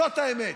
זאת האמת.